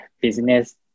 business